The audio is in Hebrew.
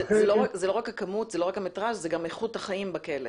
זה לא רק המטרז', זה גם איכות החיים בכלא.